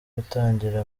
gutangira